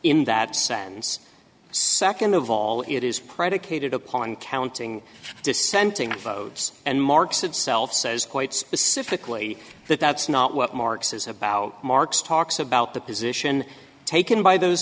in that sense second of all it is predicated upon counting dissenting votes and marks itself says quite specifically that that's not what mark says about marx talks about the position taken by those